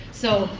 so,